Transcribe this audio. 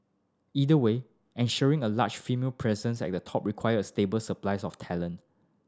either way ensuring a larger female presence at the top requires a stable supplies of talent